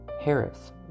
Harris